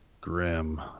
Grim